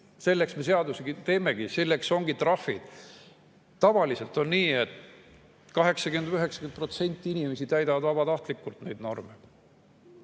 selleks me seadusi teemegi, selleks ongi trahvid. Tavaliselt on nii, et 80–90% inimesi täidavad vabatahtlikult neid norme.